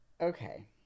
okay